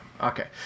Okay